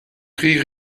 christ